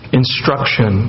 instruction